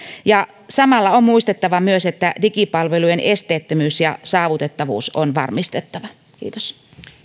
ja samalla on muistettava myös että digipalvelujen esteettömyys ja saavutettavuus on varmistettava kiitos